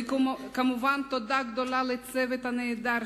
וכמובן, תודה גדולה לצוות הנהדר שלה,